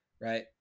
Right